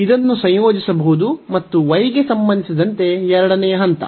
ಇದನ್ನು ಸಂಯೋಜಿಸಬಹುದು ಮತ್ತು y ಗೆ ಸಂಬಂಧಿಸಿದಂತೆ ಎರಡನೆಯ ಹಂತ